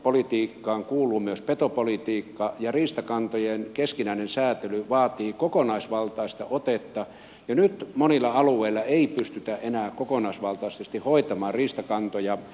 riistapolitiikkaan kuuluu myös petopolitiikka ja riistakantojen keskinäinen säätely vaatii kokonaisvaltaista otetta ja nyt monilla alueilla ei pystytä enää kokonaisvaltaisesti hoitamaan riistakantoja